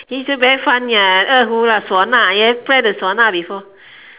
he say very fun ya 二胡啦唢呐 play the 唢呐 before